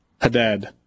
Hadad